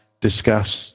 discuss